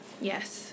Yes